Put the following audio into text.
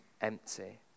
empty